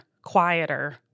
quieter